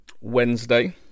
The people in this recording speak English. Wednesday